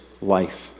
life